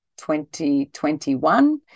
2021